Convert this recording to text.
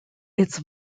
its